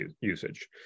usage